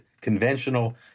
conventional